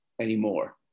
anymore